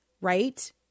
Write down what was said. right